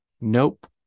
Nope